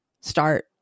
start